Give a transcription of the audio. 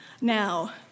Now